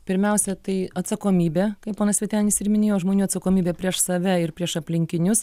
pirmiausia tai atsakomybė kaip ponas vytenis ir minėjo žmonių atsakomybė prieš save ir prieš aplinkinius